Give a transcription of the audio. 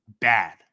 Bad